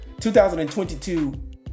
2022